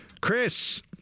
Chris